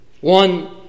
One